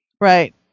Right